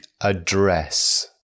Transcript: address